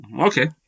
okay